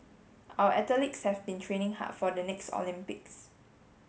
our athletes have been training hard for the next Olympics